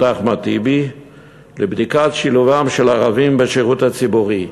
אחמד טיבי לבדיקת שילובם של ערבים בשירות הציבורי.